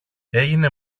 έγινε